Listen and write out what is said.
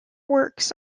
works